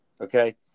okay